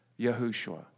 Yahushua